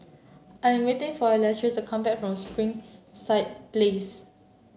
I'm waiting for Latrice come back from Springside Place